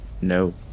No